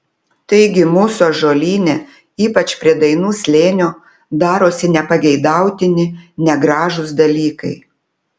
taigi mūsų ąžuolyne ypač prie dainų slėnio darosi nepageidautini negražūs dalykai